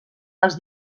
els